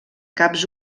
caps